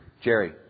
Jerry